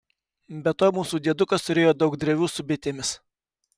be to mūsų diedukas turėjo daug drevių su bitėmis